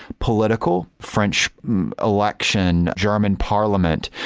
political french election, german parliament,